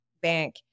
bank